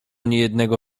niejednego